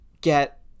get